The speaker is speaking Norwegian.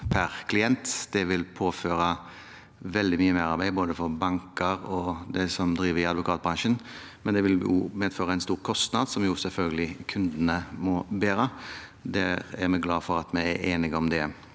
Det vil påføre veldig mye merarbeid, både for banker og for dem som driver i advokatbransjen, men det vil også medføre en stor kostnad, som kundene selvfølgelig må bære. Vi er glade for at vi er enige om det.